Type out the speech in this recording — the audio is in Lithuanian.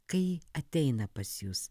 kai ateina pas jus